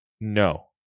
No